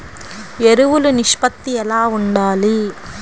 ఎరువులు నిష్పత్తి ఎలా ఉండాలి?